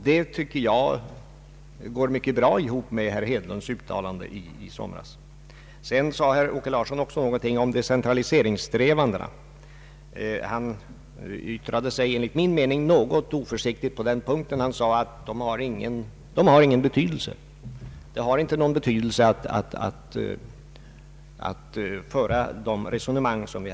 Detta yrkande går mycket bra ihop med herr Hedlunds uttalande i somras. Vidare sade herr Åke Larsson också någonting om decentraliseringssträvandena. Enligt min mening yttrade han sig en smula oförsiktigt på den punkten. Han sade att de resonemang som vi har fört inte har någon betydelse. Detta kan väl herr Larsson ändå inte mena.